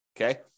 okay